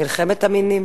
מלחמת המינים.